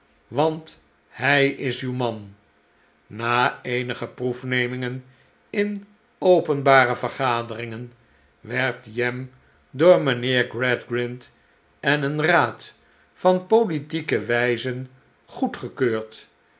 want hij is uw man na eenige proefnemingen in openbare vergaderingen werd jem door mijnheer gradgrind en een raad van politieke wijzen goedgekeurd